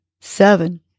seven